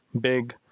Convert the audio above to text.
big